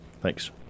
Thanks